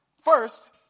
first